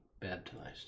baptized